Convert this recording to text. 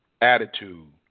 attitude